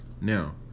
Now